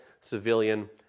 civilian